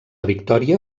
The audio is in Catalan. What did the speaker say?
victòria